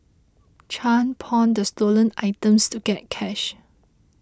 Chan pawned the stolen items to get cash